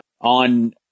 on